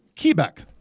Quebec